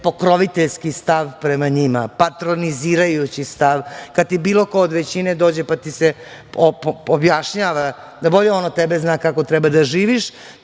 pokroviteljski stav prema njima, patronizirajući stav, kada ti bilo ko od većine dođe, pa ti se objašnjava da bolje on od tebe zna kako treba da živiš.